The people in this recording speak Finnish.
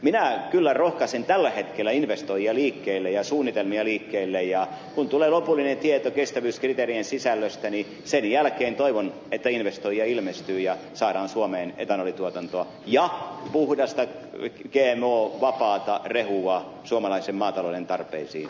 minä kyllä rohkaisen tällä hetkellä investoijia liikkeelle ja suunnitelmia liikkeelle ja kun tulee lopullinen tieto kestävyyskriteerien sisällöstä niin sen jälkeen toivon että investoijia ilmestyy ja saadaan suomeen etanolituotantoa ja puhdasta gmo vapaata rehua suomalaisen maatalouden tarpeisiin